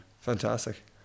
Fantastic